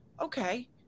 okay